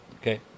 Okay